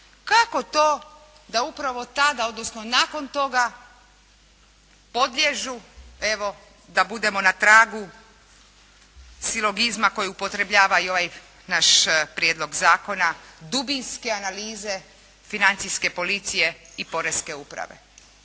kako to da upravo tada, odnosno nakon toga podliježu, evo da budemo na tragu silogizma koji upotrebljava i ovaj naš prijedlog zakona, dubinske analize financijske policije i poreske uprave?